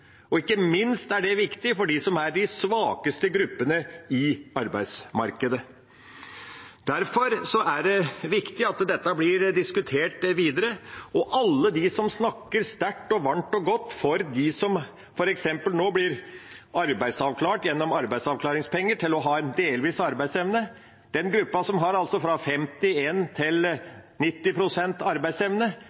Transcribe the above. Ikke minst er det viktig for de svakeste gruppene i arbeidsmarkedet. Derfor er det viktig at dette blir diskutert videre. Til alle de som snakker sterkt og varmt og godt for dem som f.eks. nå blir arbeidsavklart gjennom arbeidsavklaringspenger til å ha en delvis arbeidsevne: Den gruppen som har